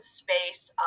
space